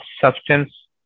substance